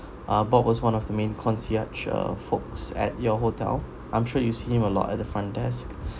uh bob was one of the main concierge uh folks at your hotel I'm sure you seen him a lot at the front desk